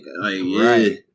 Right